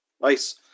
Nice